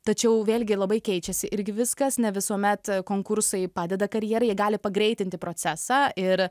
tačiau vėlgi labai keičiasi irgi viskas ne visuomet konkursai padeda karjerai jie gali pagreitinti procesą ir